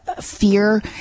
fear